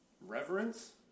Reverence